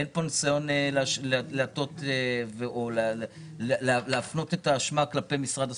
אין פה ניסיון להטות או להפנות את האשמה כלפי משרד הספורט,